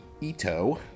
Ito